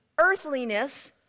earthliness